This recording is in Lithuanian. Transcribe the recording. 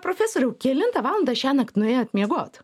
profesoriau kelintą valandą šiąnakt nuėjot miegot